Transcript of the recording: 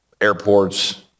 airports